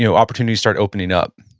you know opportunities start opening up.